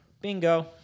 Bingo